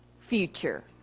future